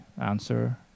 answer